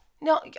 No